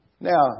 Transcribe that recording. Now